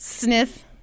sniff